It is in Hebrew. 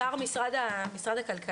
נמצאים באתר משרד הכלכלה.